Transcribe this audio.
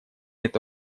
это